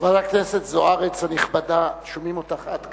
חברת הכנסת זוארץ הנכבדה, שומעים אותך עד כאן.